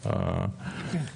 חוק לא ימין ולא שמאל.